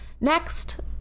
next